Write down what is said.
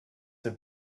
have